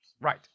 Right